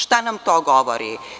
Šta nam to govori?